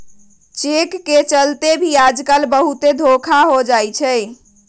cheque के चलते भी आजकल बहुते धोखा हो जाई छई